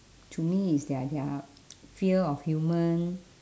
to me is their their fear of human